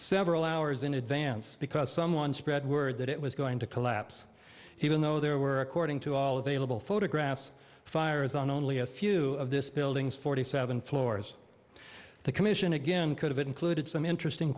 several hours in advance because someone spread word that it was going to collapse he will know there were according to all available photographs fires on only a few of this building's forty seven floors the commission again could have included some interesting